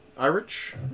Irish